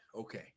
Okay